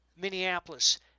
Minneapolis